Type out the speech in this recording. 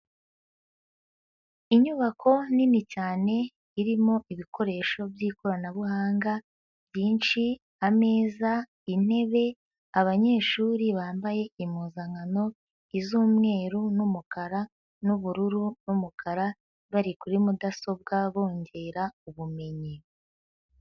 Inyubako nini cyane irimo ibikoresho by'ikoranabuhanga, byinshi: ameza, intebe, abanyeshuri bambaye impuzankano: iz'umweru n'umukara, n'ubururu n'umukara bari kuri mudasobwa bongera ubumenyi.